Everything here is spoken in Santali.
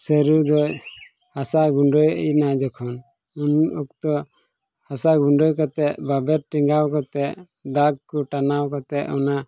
ᱥᱟᱹᱨᱩ ᱨᱚᱦᱚᱭ ᱦᱟᱥᱟ ᱜᱩᱰᱟᱹᱭᱮᱱᱟ ᱡᱚᱠᱷᱚᱱ ᱩᱱ ᱚᱠᱛᱚ ᱦᱟᱥᱟ ᱜᱩᱰᱟᱹ ᱠᱟᱛᱮᱫ ᱵᱟᱵᱮᱨ ᱴᱮᱸᱜᱟᱣ ᱠᱟᱛᱮᱫ ᱫᱟᱜᱽ ᱠᱚ ᱴᱟᱱᱟᱣ ᱠᱟᱛᱮᱫ ᱚᱱᱟ